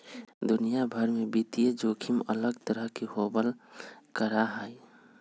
दुनिया भर में वित्तीय जोखिम अलग तरह के होबल करा हई